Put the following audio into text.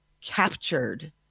captured